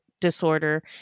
disorder